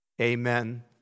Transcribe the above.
Amen